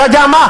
אתה יודע מה,